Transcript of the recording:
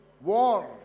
war